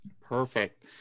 perfect